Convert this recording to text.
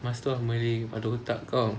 master of malay kepala otak kau